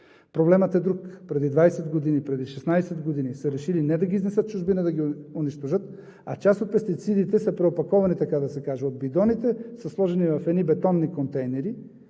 Проблемът е друг – преди 20 години, преди 16 години са решили не да ги изнесат в чужбина да ги унищожат, а част от пестицидите са преопаковани, така да се каже, от бидоните са сложени в едни бетонни контейнери